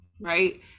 right